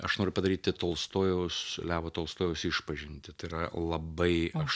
aš noriu padaryti tolstojaus levo tolstojaus išpažintį tai yra labai aš